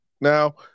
now